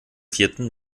vierten